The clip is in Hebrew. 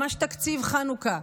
ממש תקציב חנוכה,